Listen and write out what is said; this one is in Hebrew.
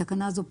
בתקנה זו,